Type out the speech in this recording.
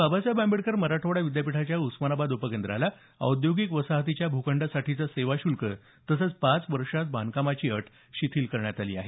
बाबासाहेब आंबेडकर मराठवाडा विद्यापीठाच्या उस्मानाबाद उपकेंद्राला औद्योगिक वसाहतीच्या भूखंडासाठीचं सेवा शुल्क तसंच पाच वर्षांत बांधकामाची अट शिथील करण्यात आली आहे